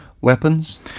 weapons